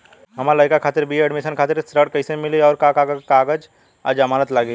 हमार लइका खातिर बी.ए एडमिशन खातिर ऋण कइसे मिली और का का कागज आ जमानत लागी?